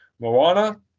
Moana